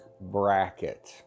bracket